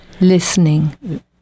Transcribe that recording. listening